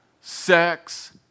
sex